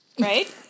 right